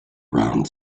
around